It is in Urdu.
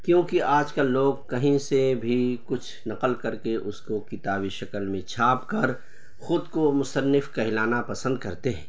کیوں کہ آج کل لوگ کہیں سے بھی کچھ نقل کر کے اس کو کتابی شکل میں چھاپ کر خود کو مصنف کہلانا پسند کرتے ہیں